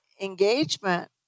engagement